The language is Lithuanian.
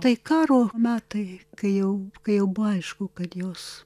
tai karo metai kai jau kai jau buvo aišku kad jos